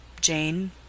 Jane